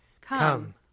Come